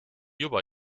juba